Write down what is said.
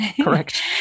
Correct